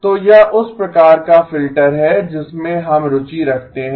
तो यह उस प्रकार का फिल्टर है जिसमें हम रुचि रखते हैं